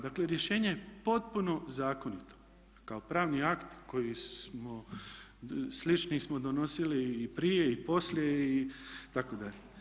Dakle rješenje je potpuno zakonito kao pravni akt koji smo sličnih smo donosili i prije i poslije itd.